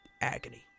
agony